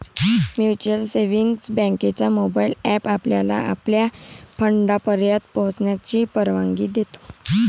mutual savings बँकेचा mobile app आपल्याला आपल्या फंडापर्यंत पोहोचण्याची परवानगी देतो